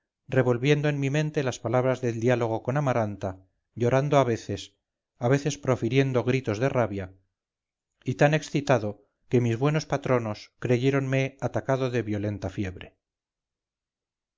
revolviendo en mi mente las palabras deldiálogo con amaranta llorando a veces a veces profiriendo gritos de rabia y tan excitado que mis buenos patronos creyéronme atacado de violenta fiebre